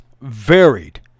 varied